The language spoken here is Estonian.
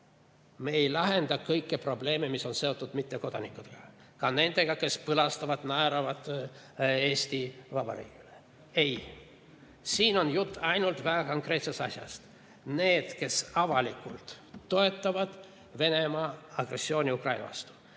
Me ei lahenda kõiki probleeme, mis on seotud mittekodanikega, ka nendega, kes põlastavalt naeravad Eesti Vabariigi üle. Ei, siin on jutt ainult väga konkreetsest asjast: need, kes avalikult toetavad Venemaa agressiooni Ukraina vastu.